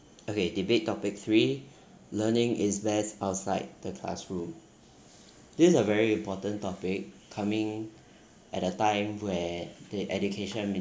okay debate topic three learning is best outside the classroom this is a very important topic coming at a time where the education